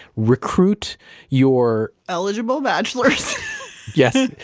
recruit your eligible bachelors yeah